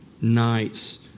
nights